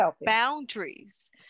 boundaries